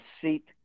seat